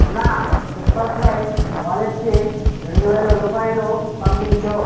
నా Pepperfry వాలెట్కి రెండు వేల రూపాయలు పంపించు